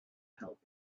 help